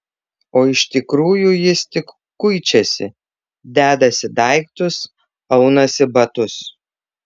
o iš tikrųjų jis tik kuičiasi dedasi daiktus aunasi batus